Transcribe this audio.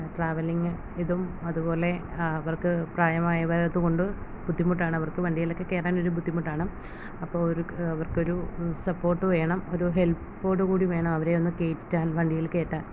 അതുപോലെ അവർക്ക് പ്രായമായതുകൊണ്ടു ഒരു ബുദ്ധിമുട്ടാണ് അവർക്ക് വണ്ടിയിലൊക്കെ കയറാൻ ഒരു ബുദ്ധിമുട്ടാണ് അപ്പോൾ ഒരു അവർക്കൊരു സപ്പോർട്ട് വേണം ഒരു ഹെൽപ്പോട് കൂടിവേണം അവരെയൊന്നു കയറ്റിയിരുത്താൻ വണ്ടിയിൽ കയറ്റാൻ